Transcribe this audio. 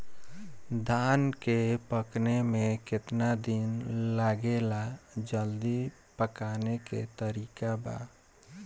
धान के पकने में केतना दिन लागेला जल्दी पकाने के तरीका बा?